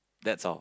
that's all